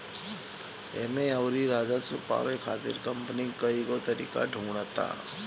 एमे अउरी राजस्व पावे खातिर कंपनी कईगो तरीका ढूंढ़ता